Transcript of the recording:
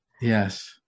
yes